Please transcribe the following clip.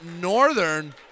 Northern